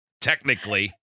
technically